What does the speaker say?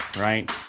Right